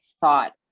thought